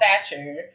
stature